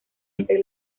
entre